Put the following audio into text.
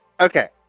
Okay